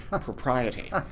propriety